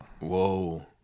Whoa